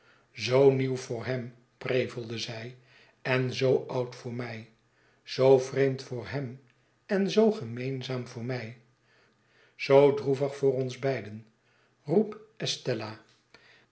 zoo nieuw voor hem prevelde zij en zoo oud voor mij zoo vreemd voor hem en zoo gemeenzaam voor mij zoo droevig voor ons beiden roep estella